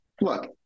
look